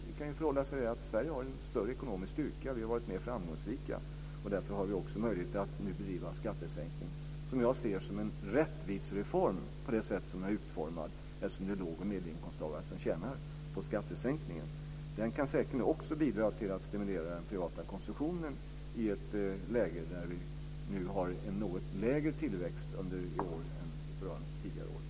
Det kan förhålla sig så att Sverige har en större ekonomisk styrka och har varit mer framgångsrikt, och därför har vi möjligheter att göra en skattesänkning. Jag ser den som en rättvisereform på det sätt som den är utformad, eftersom det är lågoch medelinkomsttagarna som tjänar på skattesänkningen. Den kan säkerligen också bidra till att stimulera den privata konsumtionen, i ett läge där vi nu har en något lägre tillväxt i år än tidigare år.